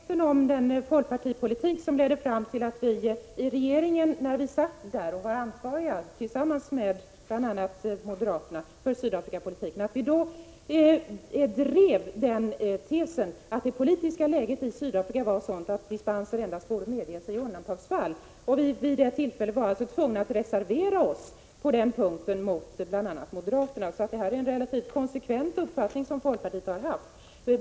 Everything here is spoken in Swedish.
Fru talman! Jag tror att Carl Bildt är ganska medveten om den folkpartipolitik som ledde fram till att vi, när vi satt i regeringen och — tillsammans med bl.a. moderaterna — var ansvariga för Sydafrikapolitiken, drev den tesen att det politiska läget i Sydafrika var sådant att dispenser borde medges endast i undantagsfall. Vi var alltså vid det tillfället tvungna att reservera oss på den punkten, bl.a. gentemot moderaterna. Folkpartiet har således varit relativt konsekvent i sin uppfattning.